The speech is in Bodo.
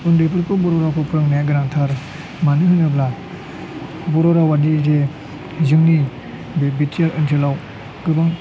उन्दैफोरखौ बर' रावखौ फोरोंनाया गोनांथार मानो होनोब्ला बर' रावादि जे जोंनि बे बि टि आर ओनसोलाव गोबां